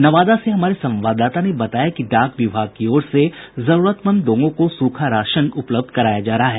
नवादा से हमारे संवाददाता ने बताया कि डाक विभाग की ओर से जरूरतमंद लोगों को सूखा राशन उपलब्ध कराया जा रहा है